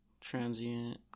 Transient